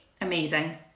Amazing